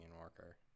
worker